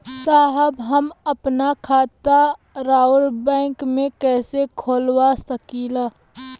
साहब हम आपन खाता राउर बैंक में कैसे खोलवा सकीला?